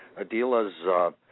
Adila's